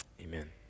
amen